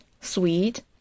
sweet